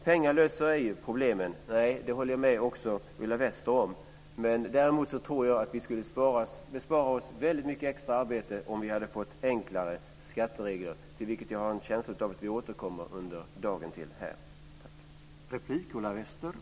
Jag håller med Ulla Wester om att pengar inte löser alla problem, men jag tror att vi skulle bespara oss väldigt mycket extra arbete om vi fick enklare skatteregler. Jag har en känsla av att vi under dagen får tillfälle att återkomma till detta igen.